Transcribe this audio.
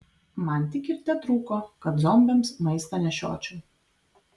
man tik ir tetrūko kad zombiams maistą nešiočiau